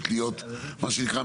מה שנקרא,